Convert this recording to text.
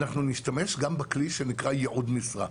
אנחנו נשתמש גם בכלי שנקרא ייעוד משרה.